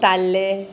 ताल्ले